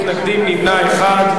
ובכן, 25 בעד, אין מתנגדים, נמנע אחד.